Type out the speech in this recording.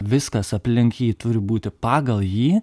viskas aplink jį turi būti pagal jį